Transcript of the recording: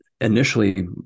initially